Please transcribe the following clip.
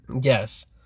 Yes